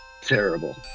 terrible